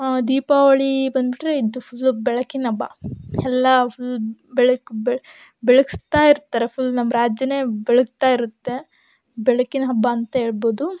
ದೀಪಾವಳಿ ಬಂದುಬಿಟ್ರೆ ಇದು ಫುಲ್ಲು ಬೆಳಕಿನ ಹಬ್ಬ ಎಲ್ಲ ಫುಲ್ ಬೆಳಕು ಬೆಳಗಿಸ್ತಾ ಇರ್ತಾರೆ ಫುಲ್ ನಮ್ಮ ರಾಜ್ಯನೇ ಬೆಳಗ್ತಾ ಇರುತ್ತೆ ಬೆಳಕಿನ ಹಬ್ಬ ಅಂತ ಹೇಳ್ಬೊದು